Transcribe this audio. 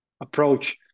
approach